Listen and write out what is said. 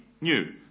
new